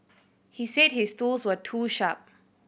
he said his tools were too sharp